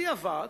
בדיעבד,